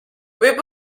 võib